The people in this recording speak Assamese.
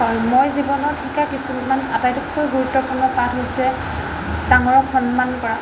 হয় মই জীৱনত শিকা কিছুমান আটাইতকৈ গুৰুত্বপূৰ্ণ পাঠ হৈছে ডাঙৰক সন্মান কৰা